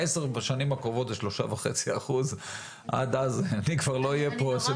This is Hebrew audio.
בעשר השנים הקרובות זה 3.5%. עד אז אני כבר לא אהיה פה.